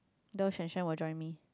though will join me